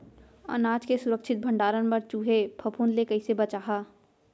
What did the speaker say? अनाज के सुरक्षित भण्डारण बर चूहे, फफूंद ले कैसे बचाहा?